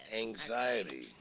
Anxiety